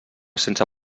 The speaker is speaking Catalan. sense